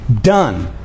done